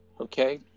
Okay